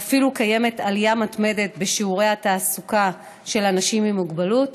ואפילו קיימת עלייה מתמדת בשיעורי התעסוקה של אנשים עם מוגבלות,